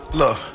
look